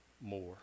more